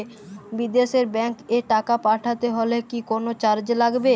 বিদেশের ব্যাংক এ টাকা পাঠাতে হলে কি কোনো চার্জ লাগবে?